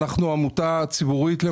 עמותה ציבורית.